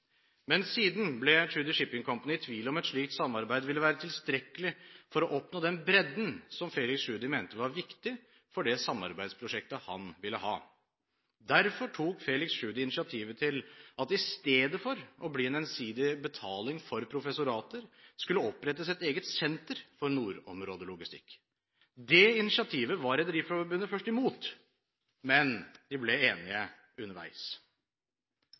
Men siden ble Tschudi Shipping Company i tvil om et slikt samarbeid ville være tilstrekkelig for å oppnå den bredden som Felix Tschudi mente var viktig for det samarbeidsprosjektet han ville ha. Derfor tok Felix Tschudi initiativet til at det i stedet for å bli en ensidig betaling for professorater skulle opprettes et eget senter for nordområdelogistikk. Det initiativet var Rederiforbundet først imot, men de ble enige underveis.